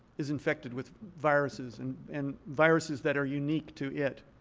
is infected with viruses and and viruses that are unique to it.